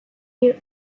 you